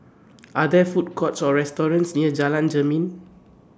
Are There Food Courts Or restaurants near Jalan Jermin